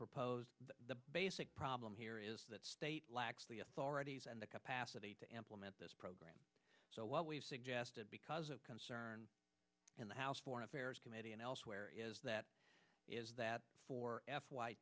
proposed the basic problem here is that state lacks the authorities and the capacity to implement this program so what we've suggested because of concern in the house foreign affairs committee and elsewhere is that is that for f y